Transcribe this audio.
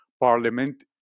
Parliament